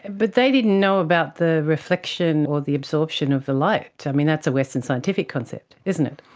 but they didn't know about the reflection or the absorption of the light. i mean, that's a western scientific concept, isn't it.